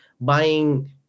buying